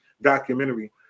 documentary